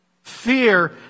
Fear